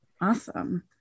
Awesome